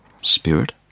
Spirit